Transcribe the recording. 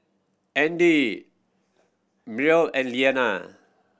Andy Myrl and Leana